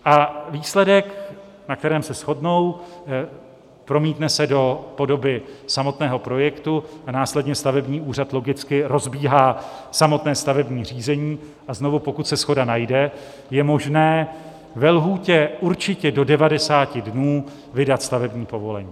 A výsledek, na kterém se shodnou, se promítne do podoby samotného projektu a následně stavební úřad logicky rozbíhá samotné stavební řízení, a znovu, pokud se shoda najde, je možné ve lhůtě určitě do 90 dnů vydat stavební povolení.